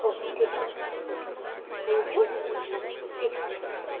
ওকে ঠিক আছে okay thank you okay ঠিক আছে ঠিক আছে